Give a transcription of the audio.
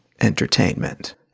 entertainment